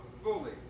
fully